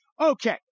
Okay